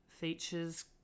features